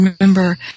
Remember